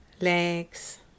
legs